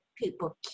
people